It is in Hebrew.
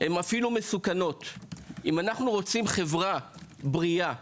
אם אנחנו רוצים חברה בריאה,